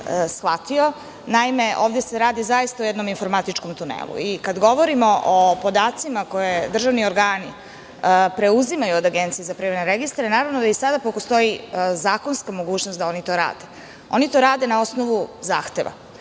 shvatio. Ovde se radi zaista o jednom informatičkom tunelu. Kad govorimo o podacima koje državni organi preuzimaju od APR, naravno da i sada postoji zakonska mogućnost da oni to rade. Oni to rade na osnovu zahteva.